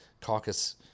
caucus